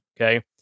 Okay